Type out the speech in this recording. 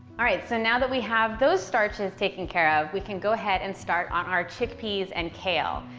all right, so now that we have those starches taken care of, we can go ahead and start on our chickpeas and kale.